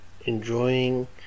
enjoying